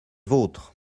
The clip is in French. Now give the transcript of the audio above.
vôtres